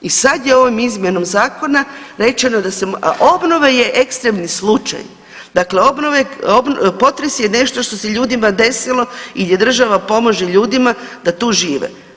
I sada je ovom izmjenom zakona rečeno, a obnova je ekstremni slučaj, dakle potres je nešto što se ljudima desilo i država pomaže ljudima da tu žive.